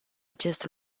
acest